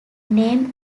name